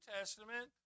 Testament